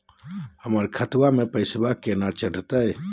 हमर खतवा मे पैसवा केना चढाई?